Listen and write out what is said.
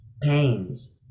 pains